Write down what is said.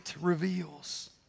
reveals